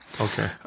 Okay